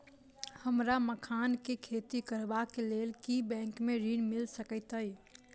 हमरा मखान केँ खेती करबाक केँ लेल की बैंक मै ऋण मिल सकैत अई?